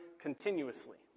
continuously